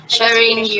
Sharing